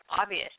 obvious